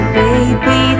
baby